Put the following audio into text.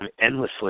endlessly